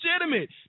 legitimate